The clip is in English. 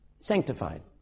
Sanctified